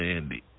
Andy